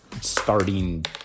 starting